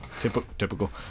Typical